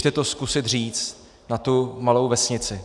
Běže to zkusit říct na tu malou vesnici.